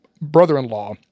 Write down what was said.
brother-in-law